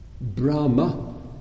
Brahma